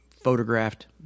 photographed